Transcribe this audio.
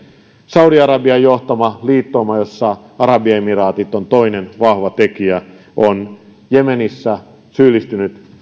saudi arabian johtama liittouma jossa arabiemiraatit on toinen vahva tekijä on jemenissä syyllistynyt